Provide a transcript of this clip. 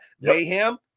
Mayhem